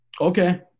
Okay